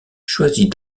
choisit